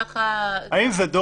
כך זה היה.